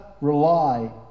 rely